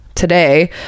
Today